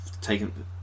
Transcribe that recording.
taken